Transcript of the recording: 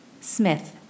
Smith